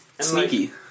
Sneaky